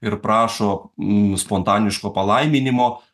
ir prašo m spontaniško palaiminimo